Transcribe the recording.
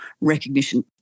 recognition